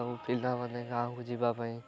ସବୁ ପିଲାମାନେ ଗାଁକୁ ଯିବା ପାଇଁ